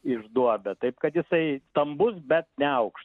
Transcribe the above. išduobia taip kad jisai stambus bet neaukš